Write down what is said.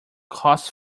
costs